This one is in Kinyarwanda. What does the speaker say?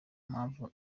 mpamvu